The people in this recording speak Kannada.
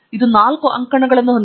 ಇದು 4 ಅಂಕಣಗಳನ್ನು ಹೊಂದಿದೆ